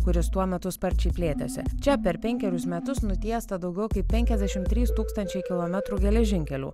kuris tuo metu sparčiai plėtėsi čia per penkerius metus nutiesta daugiau kaip penkiasdešimt trys tūkstančiai kilometrų geležinkelių